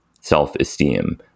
self-esteem